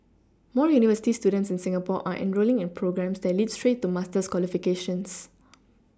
more university students in Singapore are enrolling in programmes that lead straight to master's qualifications